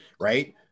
right